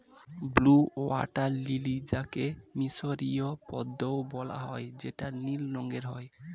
blue water lily যাকে মিসরীয় পদ্মও বলা হয় যেটা নীল রঙের হয়